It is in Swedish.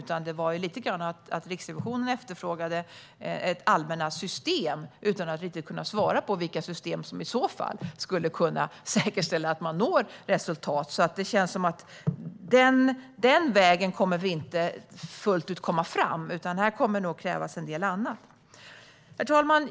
Lite grann var det så att Riksrevisionen efterfrågade allmänna system utan att riktigt kunna svara på vilka system som i så fall skulle kunna säkerställa att man når resultat. Den vägen kommer vi inte fullt ut att komma fram på, utan det kommer nog att krävas en del annat. Herr talman!